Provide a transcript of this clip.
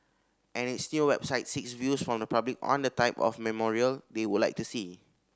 and its new website seeks views from the public on the type of memorial they would like to see